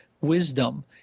wisdom